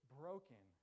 broken